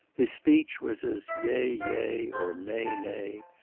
his speech was as yea, yea, or nay, nay,